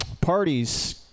parties